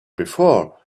before